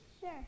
Sure